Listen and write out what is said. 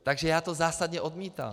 Takže já to zásadně odmítám!